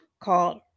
called